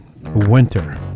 Winter